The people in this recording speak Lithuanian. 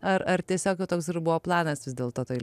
ar ar tiesiog jau toks ir buvo planas vis dėlto toj